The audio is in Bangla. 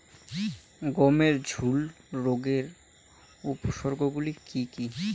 গমের ঝুল রোগের উপসর্গগুলি কী কী?